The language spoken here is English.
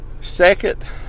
Second